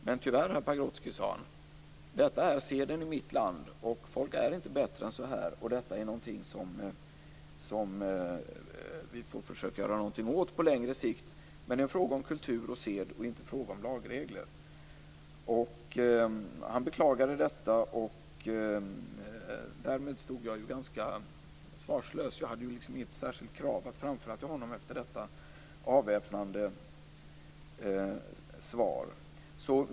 Men tyvärr, herr Pagrotsky: Detta är seden i mitt land, och folk är inte bättre än så här. Det är någonting som vi får försöka göra någonting åt på längre sikt, men det är en fråga om kultur och sed och inte fråga om lagregler. Han beklagade detta, och därmed stod jag ju ganska svarslös. Jag hade inget särskilt krav att framföra till honom efter detta avväpnande svar.